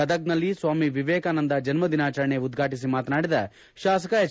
ಗದಗ್ನಲ್ಲಿ ಸ್ವಾಮಿ ವಿವೇಕಾನಂದ ಜನ್ನದಿನಾಚರಣೆ ಉದ್ವಾಟಿಸಿ ಮಾತನಾಡಿದ ಶಾಸಕ ಎಚ್